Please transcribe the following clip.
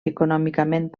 econòmicament